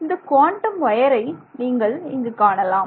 இந்த குவாண்டம் வயரை நீங்கள் இங்கு காணலாம்